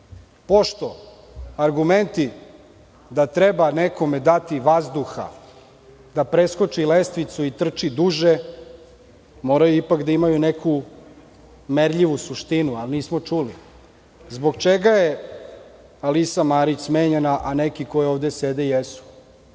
Argumenti da treba nekome dati vazduha da preskoči lestvicu i trči duže, mora da ima neku merljivu suštinu, ali nismo čuli. Zbog čega je Alisa Marić smenjena, a neki koji ovde sede jesu